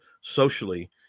socially